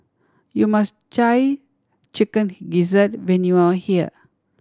you must try Chicken Gizzard when you are here